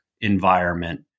environment